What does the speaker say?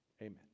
amen